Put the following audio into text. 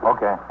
Okay